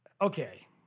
okay